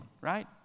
right